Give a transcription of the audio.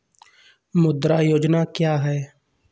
मुद्रा योजना क्या है?